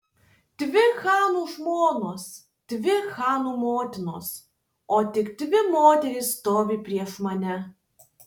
dvi chanų žmonos dvi chanų motinos o tik dvi moterys stovi prieš mane